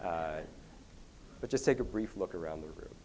but just take a brief look around the room